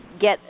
get